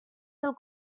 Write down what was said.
del